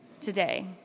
today